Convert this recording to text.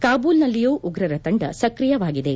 ಕಾಬೂಲ್ನಲ್ಲಿಯೂ ಉಗ್ರರ ತಂಡ ಸ್ಕ್ರಿಯವಾಗಿದೆ